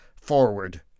forward